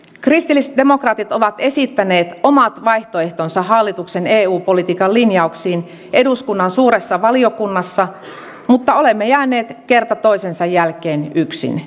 kristillisdemokraatit ovat esittäneet omat vaihtoehtonsa hallituksen eu politiikan linjauksiin eduskunnan suuressa valiokunnassa mutta olemme jääneet kerta toisensa jälkeen yksin